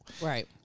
Right